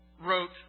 wrote